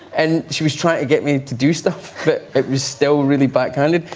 and she was trying to get me to do stuff, but it was still really bad, kind of.